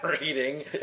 reading